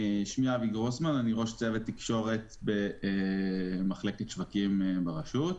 אני ראש צוות תקשורת במחלקת שווקים ברשות.